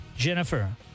Jennifer